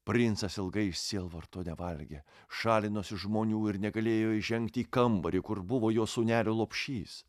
princas ilgai iš sielvarto nevalgė šalinosi žmonių ir negalėjo įžengti į kambarį kur buvo jo sūneliui lopšys